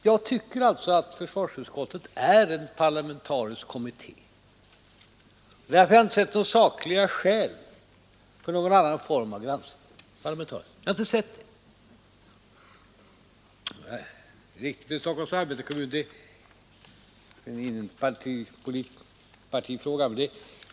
Jag tycker att försvarsutskottet är en parlamentarisk kommitté, och därför har jag inte sett några sakliga skäl för en annan form av parlamentarisk granskning. Vad som hänt inom Stockholms Arbetarekommun är ju en partifråga.